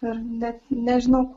ir net nežinau